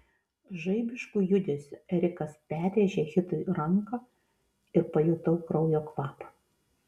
žaibišku judesiu erikas perrėžė hitui ranką ir pajutau kraujo kvapą